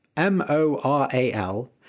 M-O-R-A-L